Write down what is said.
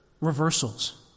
reversals